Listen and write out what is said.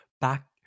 back